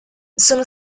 sono